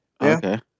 Okay